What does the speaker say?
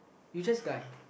you just die